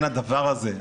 כן הדבר הזה'.